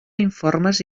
informes